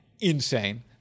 insane